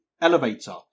elevator